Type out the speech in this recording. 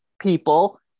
people